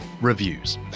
reviews